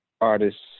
artists